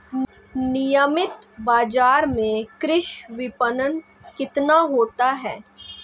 नियमित बाज़ार में कृषि विपणन कितना होता है?